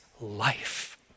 life